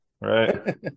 right